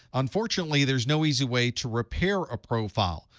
unfortunately, there is no easy way to repair a profile.